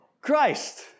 Christ